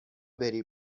بری